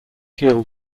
heal